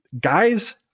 guys